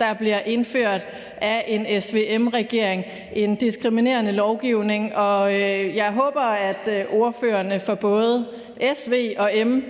der bliver indført af en SVM-regering, en diskriminerende lovgivning. Jeg håber, at ordførerne for både S, V og M